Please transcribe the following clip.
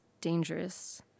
dangerous